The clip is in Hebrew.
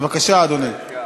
בבקשה, אדוני.